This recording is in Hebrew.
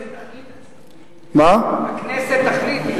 הכנסת תחליט על זה, הכנסת תחליט.